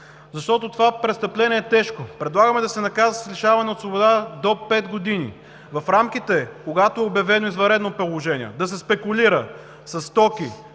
Това престъпление е тежко. Предлагаме да се наказват с лишаване от свобода до 5 години. В рамките, когато е обявено извънредно положение, да се спекулира със стоки,